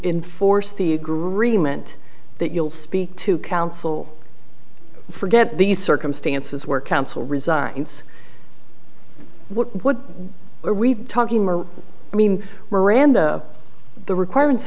enforce the agreement that you'll speak to counsel for get these circumstances where counsel resigns what are we talking i mean were random the requirements